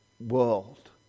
world